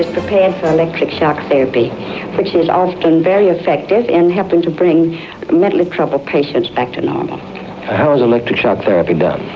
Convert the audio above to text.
prepared for electric shock therapy, which is often very effective in helping to bring mentally troubled patients back to normal. and how is electric shock therapy done?